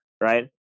right